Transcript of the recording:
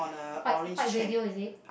white white radio is it